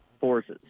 forces